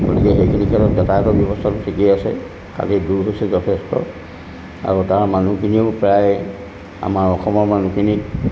সেইখিনি ক্ষেত্ৰত যাতায়তৰ ব্যৱস্থাটো ঠিকেই আছে খালি দূৰ কিছু যথেষ্ট আৰু তাৰ মানুহখিনিও প্ৰায় আমাৰ অসমৰ মানুহখিনিক